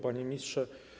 Panie Ministrze!